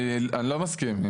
אני לא מסכים.